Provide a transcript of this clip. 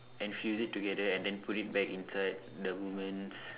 and fused it together and then put it back inside the woman's